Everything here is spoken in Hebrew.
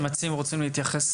המציעים רוצים להתייחס